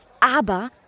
aber